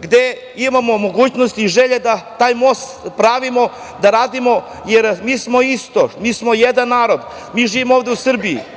gde imamo mogućnosti i želje da taj most pravimo, da radimo jer mi smo isto. Mi smo jedan narod. Mi živimo ovde u Srbiji.